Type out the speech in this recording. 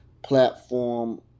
Platform